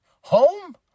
Home